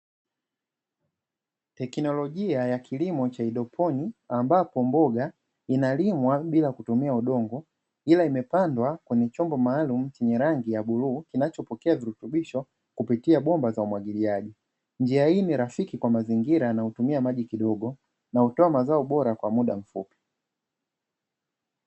Teknolojia ya kilimo cha haidroponi ambapo mboga inalimwa bila kutumia udongo, ila imepandwa kwenye chombo maalumu chenye rangi ya bluu kinachopokea virutubisho kupitia bomba za umwagiliaji, njia hii ni rafiki kwa mazingira yanayotumia maji kidogo na utoa mazao bora kwa muda mfupi.